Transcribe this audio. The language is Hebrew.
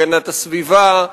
הגנת הסביבה,